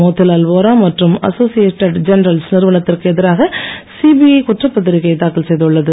மோதிலால் ஓரா மற்றும் Associated Journals நிறுவனத்திற்கு எதிராக சிபிஐ குற்றப்பத்திரிக்கை தாக்கல் செய்துள்ளது